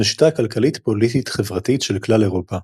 לשיטה הכלכלית-פוליטית-חברתית של כלל אירופה,